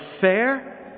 fair